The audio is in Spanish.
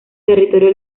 territorio